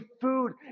food